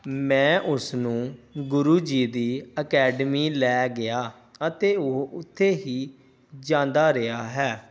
ਮੈਂ ਉਸਨੂੰ ਗੁਰੂ ਜੀ ਦੀ ਅਕੈਡਮੀ ਲੈ ਗਿਆ ਅਤੇ ਉਹ ਉੱਥੇ ਹੀ ਜਾਂਦਾ ਰਿਹਾ ਹੈ